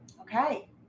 Okay